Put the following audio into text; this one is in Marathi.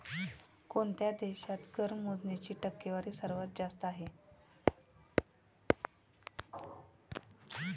कोणत्या देशात कर मोजणीची टक्केवारी सर्वात जास्त आहे?